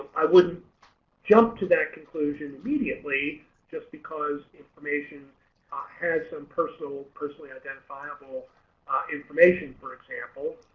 i wouldn't jump to that conclusion immediately just because information had some personal personally identifiable information for example,